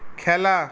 খেলা